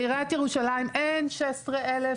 בעריית ירושלים אין 16 אלף,